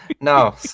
No